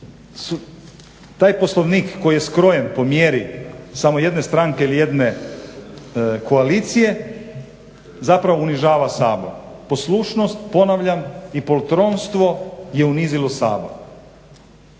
Taj Poslovnik koji je skrojen po mjeri samo jedne stranke ili jedne koalicije zapravo unižava Sabor. Poslušnost, ponavljam, i poltronstvo je unizilo Sabor.